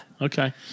Okay